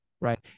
Right